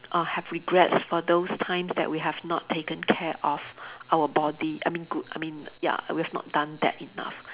uh have regrets for those times that we have not taken care of our body I mean good I mean ya we have not done that enough